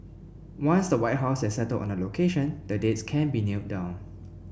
once the White House has settled on a location the dates can be nailed down